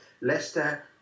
Leicester